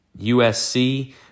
USC